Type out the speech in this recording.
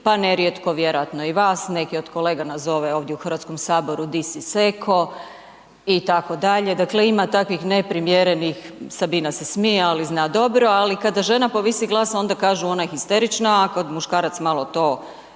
pa nerijetko vjerojatno i vas neki od kolega nazove ovdje u HS-u di si seko, itd., dakle ima takvih neprimjerenih, Sabina se smije, ali zna dobro, ali kada žena povisi glas, ona je histerična, ali kad muškarac malo to,